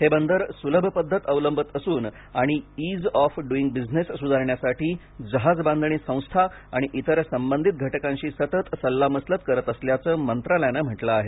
हे बंदर सुलभ पद्धत अवलंबत असून आणि इज ऑफ डूइंग बिझिनेस सुधारण्यासाठी जहाजबांधणी संस्था आणि इतर संबधित घटकांशी सतत सल्लामसलत करत असल्याचं मंत्रालयानं म्हटलं आहे